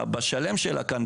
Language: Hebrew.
בשלם שלה כאן,